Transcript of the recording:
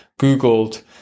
Googled